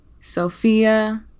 Sophia